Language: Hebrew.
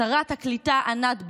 שרת הקליטה, ענת ברון,